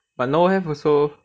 but no have also